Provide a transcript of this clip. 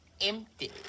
Empty